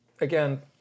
again